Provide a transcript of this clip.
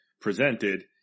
presented